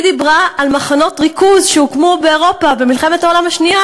היא דיברה על מחנות ריכוז שהוקמו באירופה במלחמת העולם השנייה,